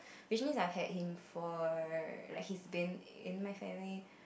which means I've had him for like he's been in my family